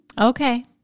Okay